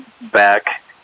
back